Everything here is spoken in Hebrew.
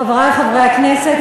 חברי חברי הכנסת,